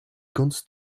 gunst